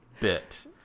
bit